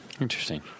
Interesting